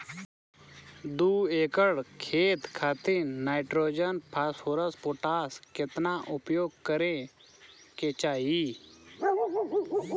दू एकड़ खेत खातिर नाइट्रोजन फास्फोरस पोटाश केतना उपयोग करे के चाहीं?